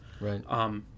Right